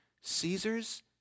Caesar's